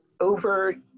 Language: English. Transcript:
over